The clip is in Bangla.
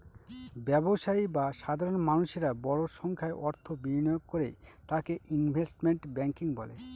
ব্যবসায়ী বা সাধারণ মানুষেরা বড় সংখ্যায় অর্থ বিনিয়োগ করে তাকে ইনভেস্টমেন্ট ব্যাঙ্কিং বলে